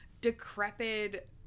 decrepit